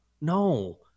No